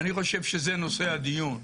אני חושב שזה נושא הדיון.